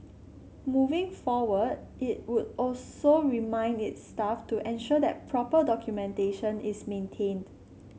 moving forward it would also remind its staff to ensure that proper documentation is maintained